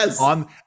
on